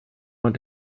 want